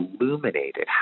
illuminated